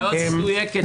מאוד מדויקת.